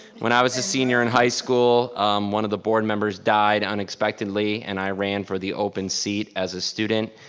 when i was a senior in high school one of the board members died unexpectedly. and i ran for the open seat as a student.